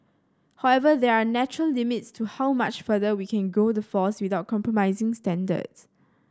however there are natural limits to how much further we can grow the force without compromising standards